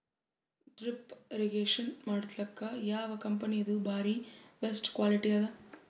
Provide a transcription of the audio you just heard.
Drip irrigation ಮಾಡಸಲಕ್ಕ ಯಾವ ಕಂಪನಿದು ಬಾರಿ ಬೆಸ್ಟ್ ಕ್ವಾಲಿಟಿ ಅದ?